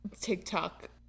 TikTok